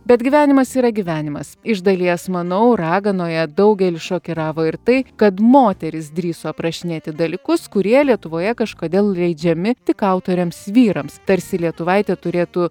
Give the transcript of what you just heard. bet gyvenimas yra gyvenimas iš dalies manau raganoje daugelį šokiravo ir tai kad moteris drįso aprašinėti dalykus kurie lietuvoje kažkodėl leidžiami tik autoriams vyrams tarsi lietuvaitė turėtų